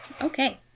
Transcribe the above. okay